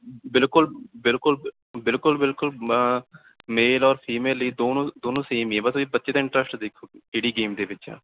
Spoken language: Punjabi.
ਬਿਲਕੁਲ ਬਿਲਕੁਲ ਬਿਲਕੁਲ ਬਿਲਕੁਲ ਮੇਲ ਔਰ ਫੀਮੇਲ ਲਈ ਦੋਨੋ ਦੋਨੋਂ ਸੇਮ ਹੀ ਹੈ ਬਸ ਤੁਸੀਂ ਬੱਚੇ ਦਾ ਇੰਟਰਸਟ ਦੇਖੋ ਕਿਹੜੀ ਗੇਮ ਦੇ ਵਿੱਚ ਆ